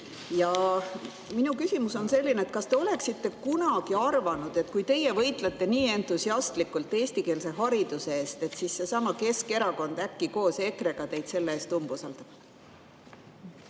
Minu küsimus on selline: kas te oleksite kunagi arvanud, et kui teie võitlete nii entusiastlikult eestikeelse hariduse eest, siis seesama Keskerakond äkki koos EKRE-ga teile selle eest umbusaldust